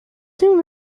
soon